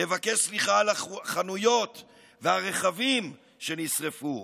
לבקש סליחה על החנויות והרכבים שנשרפו,